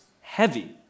heavy